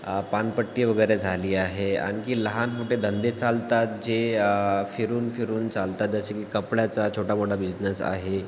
पानपट्टी वगैरे झाली आहे आणखी लहानमोठे धंदे चालतात जे फिरून फिरून चालतात जसे की कपड्याचा छोटा मोठा बिजनेस आहे